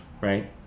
right